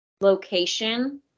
location